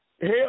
Hell